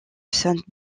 sainte